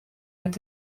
met